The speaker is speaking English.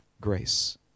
Grace